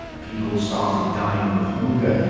people started dying of hunger.